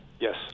Yes